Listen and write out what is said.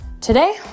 Today